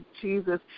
Jesus